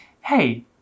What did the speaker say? Hey